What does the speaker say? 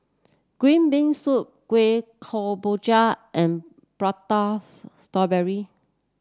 Green Bean Soup Kueh Kemboja and Pratas strawberry